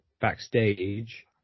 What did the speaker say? backstage